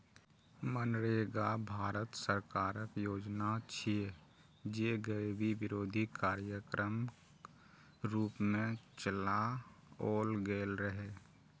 मनरेगा भारत सरकारक योजना छियै, जे गरीबी विरोधी कार्यक्रमक रूप मे चलाओल गेल रहै